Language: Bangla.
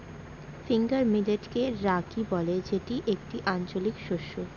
ফিঙ্গার মিলেটকে রাগি বলে যেটি একটি আঞ্চলিক শস্য